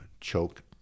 choke